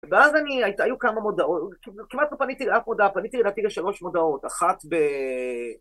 ואז היו כמה מודעות, כמעט לא פניתי לאף מודעה, פניתי רק לשלוש מודעות, אחת ב...